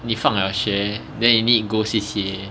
你放了学 then you need go C_C_A